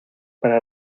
para